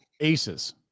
aces